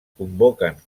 convoquen